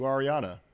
Ariana